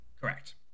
Correct